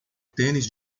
tênis